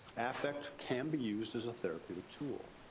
affect can be used as a therapeutic tool.